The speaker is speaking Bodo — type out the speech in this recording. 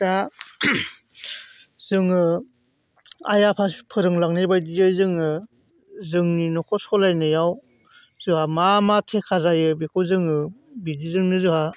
दा जोङो आइ आफा फोरोंलांनाय बायदियै जोङो जोंनि न'खर सालायनायाव जोंहा मा मा थेखा जायो बेखौ जोङो बिदिजोंनो जोंहा